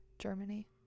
germany